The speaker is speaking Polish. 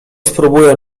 spróbuję